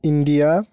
India